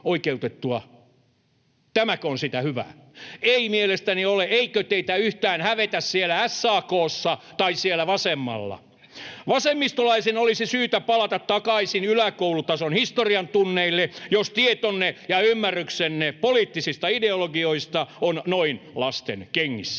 Tämäkö on sitä hyvää? Ei mielestäni ole. Eikö teitä yhtään hävetä siellä SAK:ssa tai siellä vasemmalla? Vasemmistolaisten olisi syytä palata takaisin yläkoulutason historiantunneille, jos tietonne ja ymmärryksenne poliittisista ideologioista on noin lastenkengissä.